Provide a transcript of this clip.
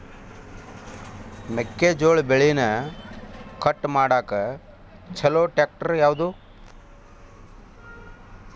ಮೆಕ್ಕೆ ಜೋಳ ಬೆಳಿನ ಕಟ್ ಮಾಡಾಕ್ ಛಲೋ ಟ್ರ್ಯಾಕ್ಟರ್ ಯಾವ್ದು?